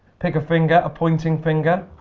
pick a finger, a pointing finger.